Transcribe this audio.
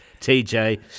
TJ